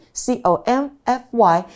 comfy